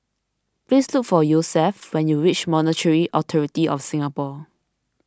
please look for Yosef when you reach Monetary Authority of Singapore